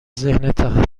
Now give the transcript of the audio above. ذهن